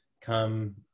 come